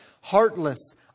heartless